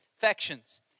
factions